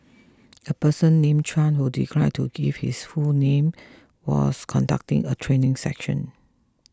a person named Chuan who declined to give his full name was conducting a training session